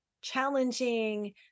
challenging